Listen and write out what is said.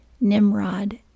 Nimrod